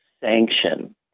sanction